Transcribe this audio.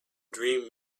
dream